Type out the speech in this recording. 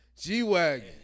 G-Wagon